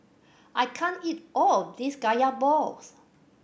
I can't eat all of this Kaya balls